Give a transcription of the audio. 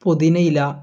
പുതിനയില